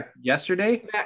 yesterday